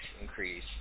increase